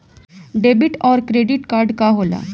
Debit और credit card का होला?